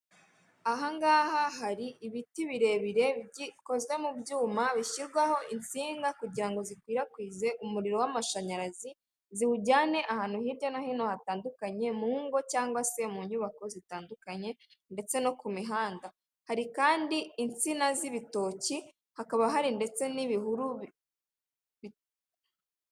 Aha ngaha hari ibiti birebire bikozwe mu byuma bishyirwaho insinga kugira ngo zikwirakwize umuriro w'amashanyarazi, ziwujyane ahantu hirya no hino hatandukanye mu ngo cyangwa se mu nyubako zitandukanye ndetse no ku mihanda, hari kandi insina z'ibitoki, hakaba hari ndetse n'ibihuru...